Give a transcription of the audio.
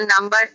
number